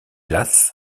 las